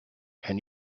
and